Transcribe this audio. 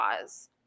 cause